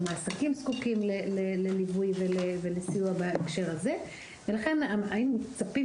גם העסקים זקוקים לליווי וסיוע בהקשר הזה ולכן היינו מצפים